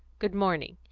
good morning.